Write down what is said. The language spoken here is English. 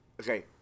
Okay